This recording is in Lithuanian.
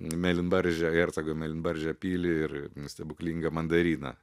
mėlynbarzdžio hercogo mėlynbarzdžio pilį ir stebuklingą mandariną